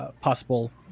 possible